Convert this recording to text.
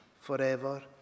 forever